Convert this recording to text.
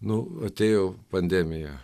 nu atėjo pandemija